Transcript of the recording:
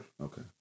Okay